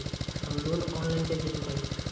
हम loan online कइसे चुकाई?